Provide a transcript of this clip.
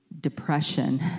depression